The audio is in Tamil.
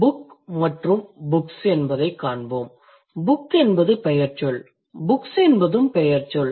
book மற்றும் books என்பதைக் காண்போம் book என்பது பெயர்ச்சொல் books என்பதும் பெயர்ச்சொல்